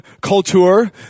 culture